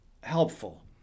helpful